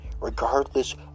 Regardless